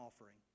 offering